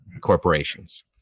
corporations